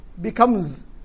becomes